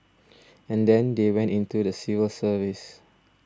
and then they went into the civil service